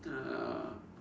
uh